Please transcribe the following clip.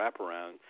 wraparound